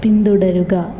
പിന്തുടരുക